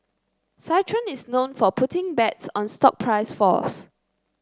citron is known for putting bets on stock price falls